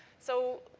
so,